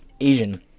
Asian